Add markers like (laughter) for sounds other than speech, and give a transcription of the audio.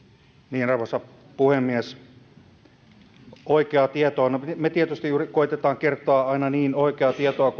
arvoisa puhemies me tietysti juuri koetamme kertoa aina niin oikeaa tietoa (unintelligible)